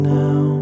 now